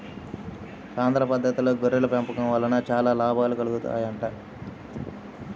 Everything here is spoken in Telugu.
సాంద్ర పద్దతిలో గొర్రెల పెంపకం వలన చాలా లాభాలు కలుగుతాయంట